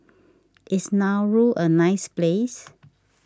Is Nauru a nice place